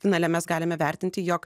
finale mes galime vertinti jog